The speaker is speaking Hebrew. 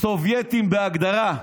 סובייטיים בהגדרה.